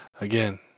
again